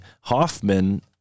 Hoffman